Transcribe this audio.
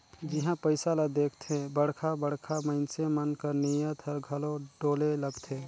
जिहां पइसा ल देखथे बड़खा बड़खा मइनसे मन कर नीयत हर घलो डोले लगथे